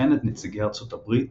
וכן את נציגי ארצות הברית,